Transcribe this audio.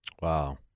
Wow